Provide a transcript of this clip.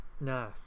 no